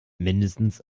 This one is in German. mindestens